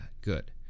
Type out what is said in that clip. Good